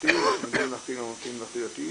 בממלכתי או מה שמלמדים בממלכתי לא מתאים לממלכתי דתי